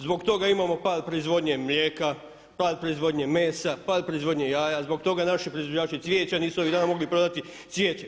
Zbog toga imamo pad proizvodnje mlijeka, pad proizvodnje mesa, pad proizvodnje jaja, zbog toga naši proizvođači cvijeća nisu ovih dana mogli prodati cvijeće.